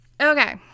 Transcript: Okay